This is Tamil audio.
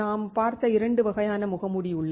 நாம் பார்த்த இரண்டு வகையான முகமூடி உள்ளது